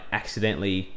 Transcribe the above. accidentally